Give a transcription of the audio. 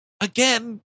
again